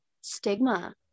stigma